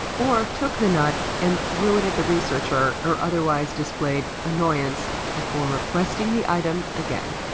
or took the nut and threw it at the researcher or otherwise displayed annoyance, before requesting the item again.